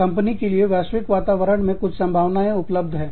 company के लिए वैश्विक वातावरण में कुछ संभावनाएं उपलब्ध हैं